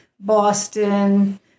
Boston